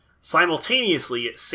Simultaneously